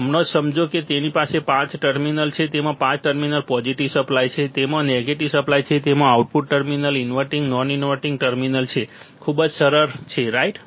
હમણાં જ સમજો કે તેની પાસે પાંચ ટર્મિનલ છે તેમાં પાંચ ટર્મિનલ પોઝિટિવ સપ્લાય છે તેમાં નેગેટિવ સપ્લાય છે તેમાં આઉટપુટ ટર્મિનલ ઇન્વર્ટીંગ અને નોન ઇન્વર્ટીંગ ટર્મિનલ છે સરળ ખૂબ જ સરળ રાઇટ